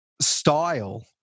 style